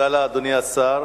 תודה לאדוני השר.